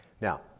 Now